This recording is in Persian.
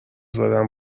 زدن